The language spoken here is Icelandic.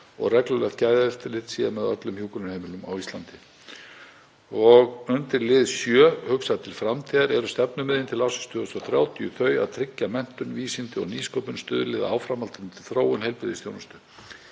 og reglulegt gæðaeftirlit verði með öllum hjúkrunarheimilum á Íslandi. Undir lið 7, Hugsað til framtíðar, eru stefnumiðin til ársins 2030 þau að tryggja að menntun, vísindi og nýsköpun stuðli að áframhaldandi þróun heilbrigðisþjónustu.